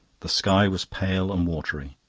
the sky was pale and watery.